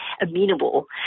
amenable